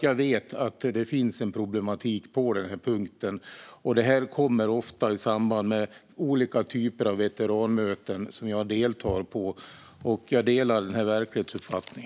Jag vet att det finns en problematik här, och den tas ofta upp i samband med olika typer av veteranmöten som jag deltar i. Jag delar denna verklighetsuppfattning.